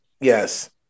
Yes